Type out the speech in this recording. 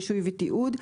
רישוי ותיעוד),